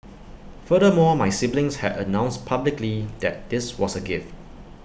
furthermore my siblings had announced publicly that this was A gift